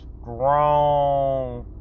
strong